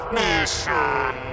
mission